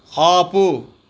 ఆపు